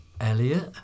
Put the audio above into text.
elliot